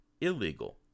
illegal